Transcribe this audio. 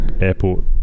airport